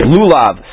Lulav